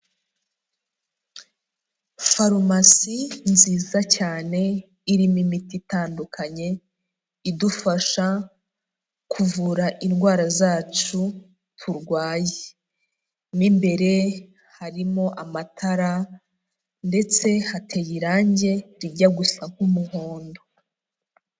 Farumasi nziza cyane irimo imiti itandukanye idufasha kuvura indwara zacu turwaye, mu imbere harimo amatara ndetse hateye irange rijya gusa nk'umuhondo.